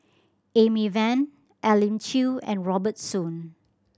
Amy Van Elim Chew and Robert Soon